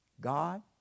God